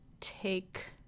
take